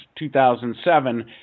2007